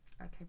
Okay